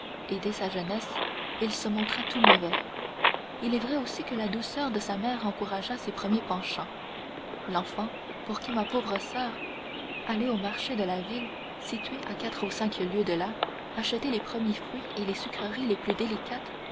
et dès sa jeunesse il se montra tout mauvais il est vrai aussi que la douceur de sa mère encouragea ses premiers penchants l'enfant pour qui ma pauvre soeur allait au marché de la ville située à quatre ou cinq lieues de là acheter les premiers fruits et les sucreries les plus délicates